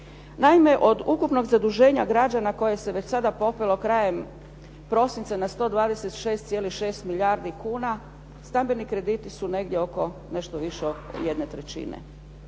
Naime, od ukupnog zaduženja građana koje se već sada popelo krajem prosinca na 126,6 milijardi kuna stambeni krediti su negdje oko nešto više od jedne trećine